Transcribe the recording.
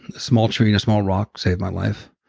small tree and small rocks saved my life.